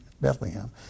Bethlehem